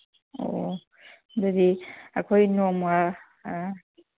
ꯑꯣ ꯑꯗꯨꯗꯤ ꯑꯩꯈꯣꯏ ꯅꯣꯡꯃ